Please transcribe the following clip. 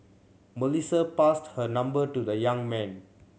Melissa passed her number to the young man